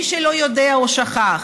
מי שלא יודע או שכח,